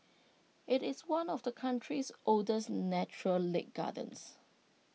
IT is one of the country's oldest natural lake gardens